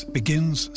begins